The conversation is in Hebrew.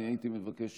אני מבקש